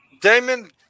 Damon